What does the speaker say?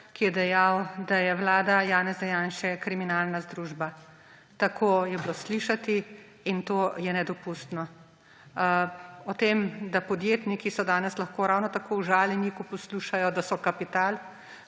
ki je dejal, da je vlada Janeza Janše kriminalna združba. Tako je bilo slišati in to je nedopustno. O tem, da podjetniki so danes lahko ravno tako užaljeni, ko poslušajo, da so kapital.